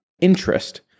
interest